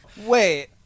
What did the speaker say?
Wait